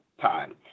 time